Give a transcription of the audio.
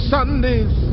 Sunday's